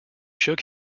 shook